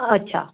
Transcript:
अच्छा